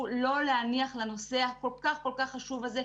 לא להניח לנושא הכול כך כל כך חשוב הזה,